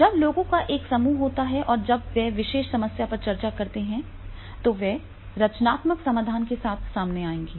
जब लोगों का एक समूह होता है और जब वे विशेष समस्या पर चर्चा करते हैं तो वे रचनात्मक समाधान के साथ सामने आएंगे